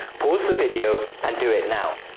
pause the video and do it now!